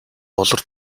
болор